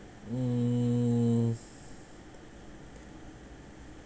mm